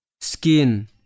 Skin